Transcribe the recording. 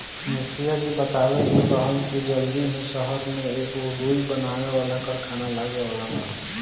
मुखिया जी बतवले रहलन की जल्दी ही सहर में एगो रुई बनावे वाला कारखाना लागे वाला बावे